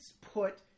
put